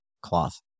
cloth